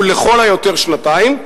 הוא לכל היותר שנתיים.